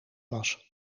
was